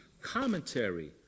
commentary